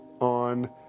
on